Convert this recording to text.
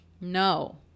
No